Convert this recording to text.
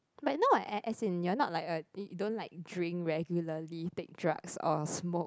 like no as as in you're not like a you don't like drink regularly take drugs or smoke